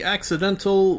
Accidental